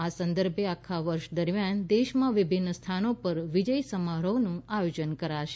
આ સંદર્ભે આખા વર્ષ દરમિયાન દેશમાં વિભિન્ન સ્થાનો પર વિજય સમારોહનું આયોજન કરાશે